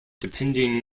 depending